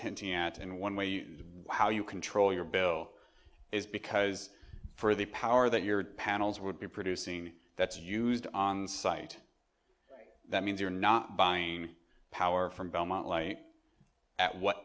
hinting at in one way how you control your bill is because for the power that your panels would be producing that's used on site that means you're not buying power from belmont light at